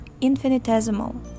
infinitesimal